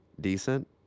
Decent